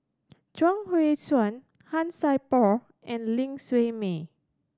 Chuang Hui Tsuan Han Sai Por and Ling Siew May